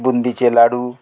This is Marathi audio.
बुंदीचे लाडू